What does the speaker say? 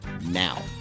now